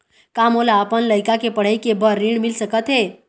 का मोला अपन लइका के पढ़ई के बर ऋण मिल सकत हे?